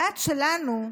הדת שלנו,